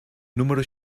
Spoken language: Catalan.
número